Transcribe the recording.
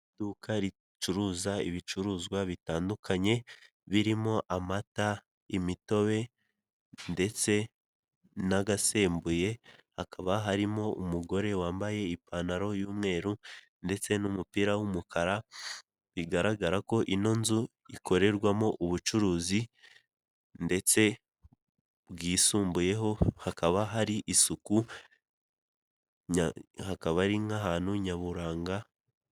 Iduka ricuruza ibicuruzwa bitandukanye, birimo amata, imitobe, ndetse n'agasembuye, hakaba harimo umugore wambaye ipantaro y'umweru ndetse n'umupira w'umukara, bigaragara ko ino nzu ikorerwamo ubucuruzi ndetse bwisumbuyeho, hakaba hari isuku hakaba ari nk'ahantu nyaburanga.